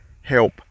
help